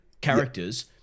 characters